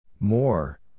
More